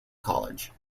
college